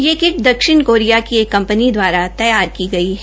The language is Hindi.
यह किट दक्षिण कोरिया की एक कंपनी दवारा तैयार की गई है